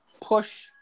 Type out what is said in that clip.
push